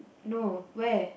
no where